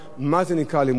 מה זה נקרא לימוד תורה.